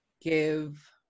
give